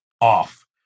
off